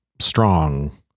strong